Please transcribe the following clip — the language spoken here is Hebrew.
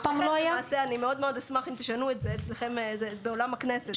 למעשה אני מאוד-מאוד אשמח אם תשנו את זה אצלכם בעולם הכנסת.